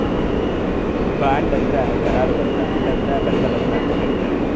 bond ಅಂದ್ರ ಕರಾರು ಪತ್ರ ಇಲ್ಲಂದ್ರ ಬಂಧ ಪತ್ರ ಅಂತ್ ಕರಿತಾರ್